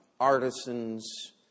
artisans